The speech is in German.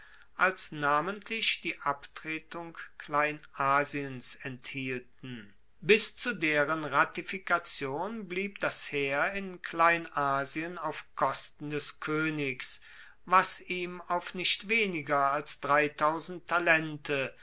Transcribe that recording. als namentlich die abtretung kleinasiens enthielten bis zu deren ratifikation blieb das heer in kleinasien auf kosten des koenigs was ihm auf nicht weniger als talente